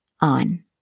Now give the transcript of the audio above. on